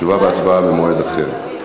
תשובה והצבעה במועד אחר.